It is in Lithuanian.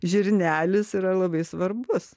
žirnelis yra labai svarbus